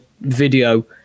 video